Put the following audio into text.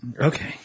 Okay